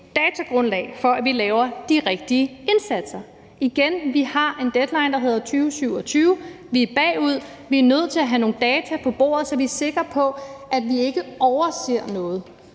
datagrundlag for, at vi laver de rigtige indsatser. Igen vil jeg sige, at vi har en deadline, der hedder 2027, og vi er bagud. Vi er nødt til at have nogle data på bordet, så vi er sikre på, at vi ikke overser noget.